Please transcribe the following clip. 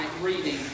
reading